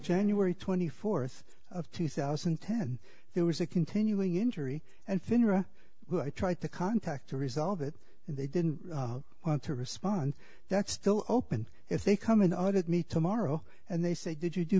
january twenty fourth of two thousand and ten there was a continuing injury and finra i tried to contact to resolve it and they didn't want to respond that's still open if they come in audit me tomorrow and they say did you do